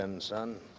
son